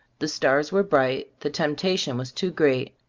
the stars were bright, the temptation was too great.